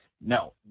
No